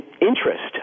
interest